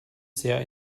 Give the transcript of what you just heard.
sehr